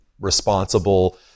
responsible